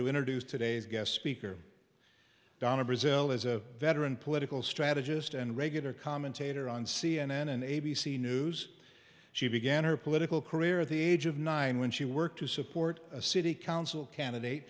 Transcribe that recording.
to introduce today's guest speaker donna brazil is a veteran political strategist and regular commentator on c n n and a b c news she began her political career at the age of nine when she worked to support a city council